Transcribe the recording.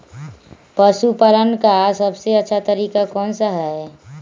पशु पालन का सबसे अच्छा तरीका कौन सा हैँ?